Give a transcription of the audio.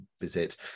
visit